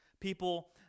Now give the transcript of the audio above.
People